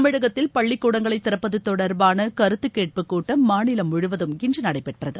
தமிழகத்தில் பள்ளிக்கூடங்களை திறப்பது தொடர்பாள கருத்து கேட்புக் கூட்டம் மாநிலம் முழுவதும் இன்று நடைபெற்றது